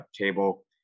table